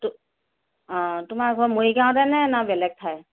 তু অ তোমাৰ ঘৰ মৰিগাঁৱতেনে নে বেলেগ ঠাই